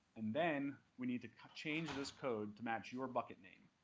and then we need to change this code to match your bucket name.